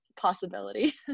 possibility